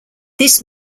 this